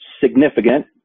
significant